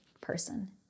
person